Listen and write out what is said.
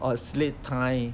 or sleep time